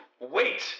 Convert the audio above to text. wait